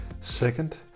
Second